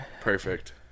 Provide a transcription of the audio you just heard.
Perfect